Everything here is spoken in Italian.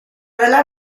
della